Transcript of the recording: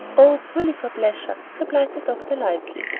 oh, purely for pleasure, replied the doctor, lightly.